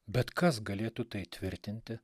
bet kas galėtų tai tvirtinti